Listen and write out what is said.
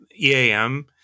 EAM